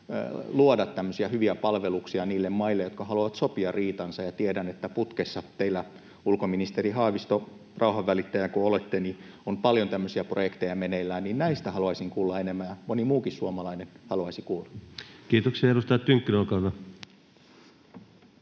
hyviä palveluksia niille maille, jotka haluavat sopia riitansa. Ja tiedän, että teillä on putkessa, ulkoministeri Haavisto, rauhanvälittäjä kun olette, paljon tämmöisiä projekteja meneillään. Näistä haluaisin kuulla enemmän, ja moni muukin suomalainen haluaisi kuulla. [Speech 106] Speaker: